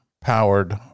powered